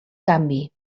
canvi